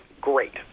great